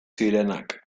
zirenak